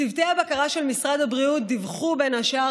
צוותי הבקרה של משרד הבריאות דיווחו בין השאר